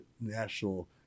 National